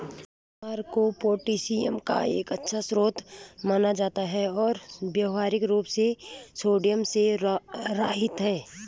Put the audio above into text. ज्वार को पोटेशियम का एक अच्छा स्रोत माना जाता है और व्यावहारिक रूप से सोडियम से रहित है